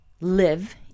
live